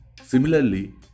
similarly